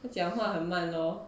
他讲话很慢咯